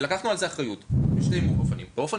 לקחנו על זה אחריות בשני אופנים: א',